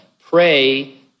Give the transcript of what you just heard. pray